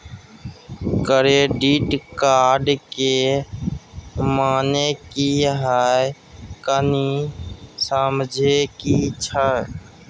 Credit card के माने की हैं, कनी समझे कि छि?